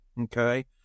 Okay